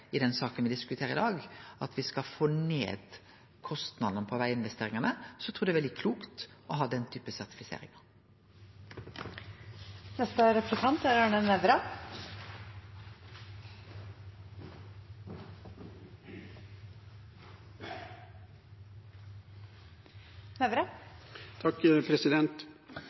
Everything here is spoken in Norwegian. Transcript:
i den saka me diskuterer her i dag, at me skal få ned kostnadene på veginvesteringane, trur eg det er veldig klokt å ha den